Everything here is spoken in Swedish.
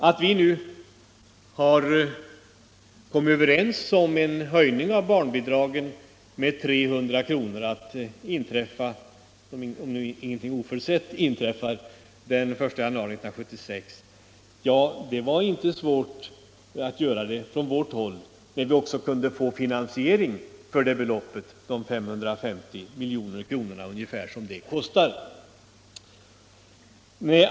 Att komma överens om en höjning av barnbidragen med 300 kr. från den 1 januari 1976 var inte svårt från vårt håll när vi också kunde få finansiering av de ungefär 550 milj.kr. som det kostar.